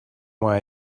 why